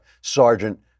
sergeant